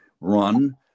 run